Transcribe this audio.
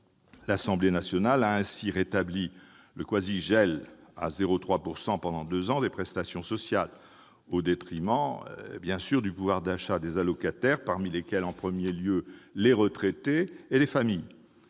L'Assemblée nationale a ainsi rétabli le quasi-gel, à savoir une hausse de 0,3 % pendant deux ans, des prestations sociales, au détriment du pouvoir d'achat des allocataires, parmi lesquels figurent en premier lieu les retraités et les familles.